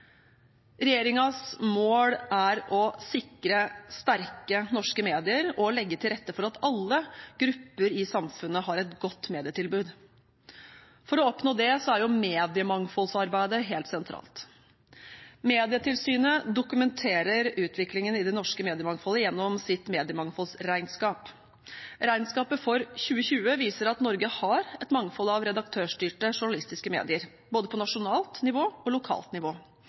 mål er å sikre sterke norske medier og å legge til rette for at alle grupper i samfunnet har et godt medietilbud. For å oppnå det er mediemangfoldsarbeidet helt sentralt. Medietilsynet dokumenterer utviklingen i det norske mediemangfoldet gjennom sitt mediemangfoldsregnskap. Regnskapet for 2020 viser at Norge har et mangfold av redaktørstyrte journalistiske medier, både på nasjonalt nivå og lokalt nivå.